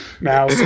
now